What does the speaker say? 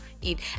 eat